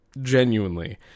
Genuinely